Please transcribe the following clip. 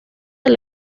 del